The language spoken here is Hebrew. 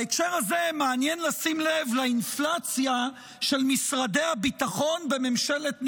בהקשר הזה מעניין לשים לב לאינפלציה של משרדי הביטחון בממשלת נתניהו.